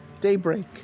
daybreak